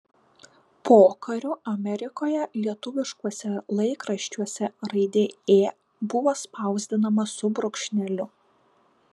pokariu amerikoje lietuviškuose laikraščiuose raidė ė buvo spausdinama su brūkšneliu